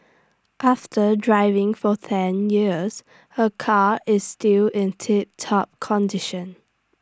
after driving for ten years her car is still in tiptop condition